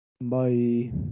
Bye